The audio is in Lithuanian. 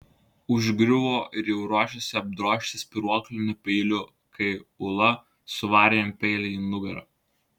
užgriuvo ir jau ruošėsi apdrožti spyruokliniu peiliu kai ula suvarė jam peilį į nugarą